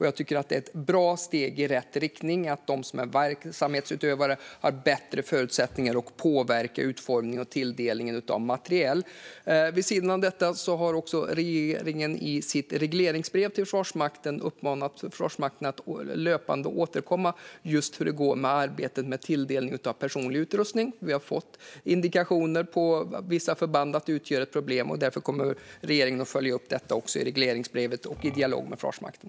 Jag tycker att det är ett steg i rätt riktning att de som är verksamhetsutövare ges bättre förutsättningar att påverka utformning och tilldelning av materiel. Vid sidan av detta har regeringen i sitt regleringsbrev uppmanat Försvarsmakten att löpande återkomma om hur det går med just arbetet med tilldelning av personlig utrustning. Vi har fått indikationer på att detta utgör ett problem i vissa förband, och därför kommer regeringen att följa upp detta i regleringsbrevet och i dialog med Försvarsmakten.